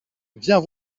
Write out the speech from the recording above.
viens